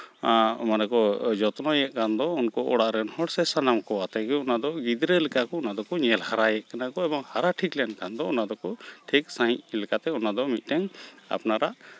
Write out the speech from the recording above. ᱢᱟᱱᱮ ᱠᱚ ᱡᱚᱛᱱᱚᱭᱮᱫ ᱠᱟᱱ ᱫᱚ ᱩᱱᱠᱩ ᱚᱲᱟᱜ ᱨᱮᱱ ᱦᱚᱲ ᱥᱮ ᱥᱟᱱᱟᱢ ᱠᱚ ᱟᱛᱮᱫ ᱜᱮ ᱚᱱᱟᱫᱚ ᱜᱤᱫᱽᱨᱟᱹ ᱞᱮᱠᱟ ᱠᱚ ᱚᱱᱟ ᱫᱚᱠᱚ ᱧᱮᱞ ᱦᱟᱨᱟᱭᱮᱫ ᱠᱟᱱᱟ ᱠᱚ ᱮᱵᱚᱝ ᱦᱟᱨᱟ ᱴᱷᱤᱠ ᱞᱮᱱᱠᱷᱟᱱ ᱫᱚ ᱚᱱᱟ ᱫᱚᱠᱚ ᱴᱷᱤᱠ ᱥᱟᱹᱦᱤᱡ ᱞᱮᱠᱟᱛᱮ ᱚᱱᱟᱫᱚ ᱢᱤᱫᱴᱮᱱ ᱟᱯᱱᱟᱨᱟᱜ